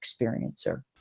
experiencer